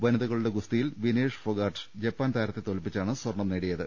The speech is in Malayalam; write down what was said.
വനിതകളുടെ ഗുസ്തിയിൽ വിനേഷ് ഫൊഗാട്ട് ജപ്പാൻ താരത്തെ തോൽപ്പിച്ചാണ് സ്വർണം നേടിയത്